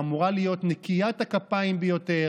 שאמורה להיות נקיית הכפיים ביותר,